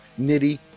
nitty